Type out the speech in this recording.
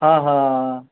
ਹਾਂ ਹਾਂ